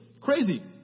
crazy